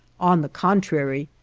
on the contrary,